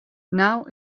now